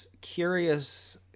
curious